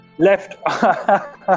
Left